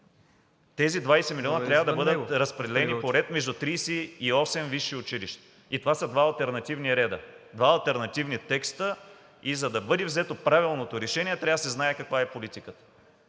Тези 20 милиона трябва да бъдат разпределени по ред между 38 висши училища. Това са два алтернативни реда, два алтернативни текста. За да бъде взето правилното решение, трябва да се знае каква е политиката.